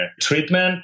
treatment